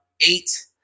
eight